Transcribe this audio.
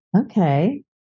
Okay